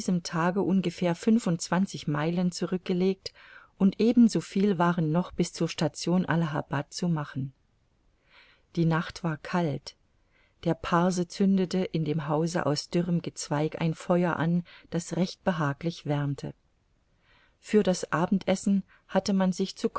tage ungefähr fünfundzwanzig meilen zurückgelegt und ebensoviel waren noch bis zur station allahabad zu machen die nacht war kalt der parse zündete in dem hause aus dürrem gezweig ein feuer an das recht behaglich wärmte für das abendessen hatte man sich